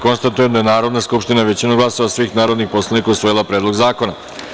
Konstatujem da je Narodna skupština, većinom glasova svih narodnih poslanika, usvojila Predlog zakona.